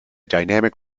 dynamic